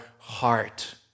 heart